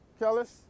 Kellis